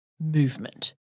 movement